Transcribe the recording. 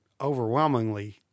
overwhelmingly